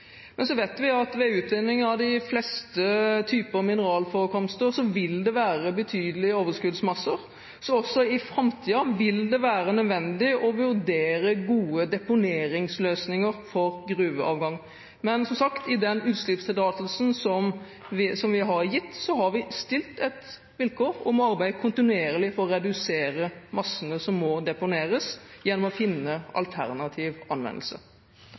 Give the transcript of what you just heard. Men så vet vi at ved utvinning av de fleste typer mineralforekomster vil det være betydelige overskuddsmasser, så også i framtiden vil det være nødvendig å vurdere gode deponeringsløsninger for gruveavgang. Men som sagt: I den utslippstillatelsen som vi har gitt, har vi stilt et vilkår om å arbeide kontinuerlig for å redusere massene som må deponeres, gjennom å finne alternativ anvendelse.